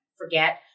forget